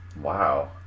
Wow